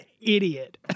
idiot